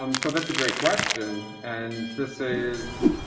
um so that's a great question, and this is